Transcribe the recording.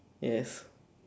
yes